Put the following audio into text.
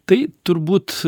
tai turbūt